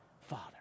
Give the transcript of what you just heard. Father